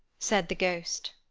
said the ghost,